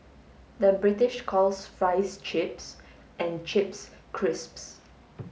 the British calls fries chips and chips crisps